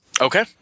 Okay